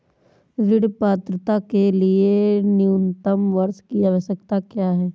ऋण पात्रता के लिए न्यूनतम वर्ष की आवश्यकता क्या है?